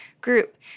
group